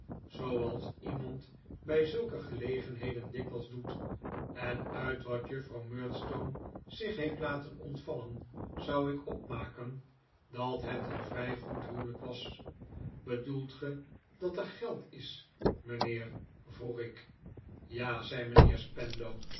zooals iemand bij zulke gelegenheden dikwijls doet en uit wat juffrouw murdstone zich heeft laten ontvallen zou ik opmaken dat het een vrij goed huwelijk was bedoelt ge dat er geld is mijnheer vroeg ik ja zei mijnheer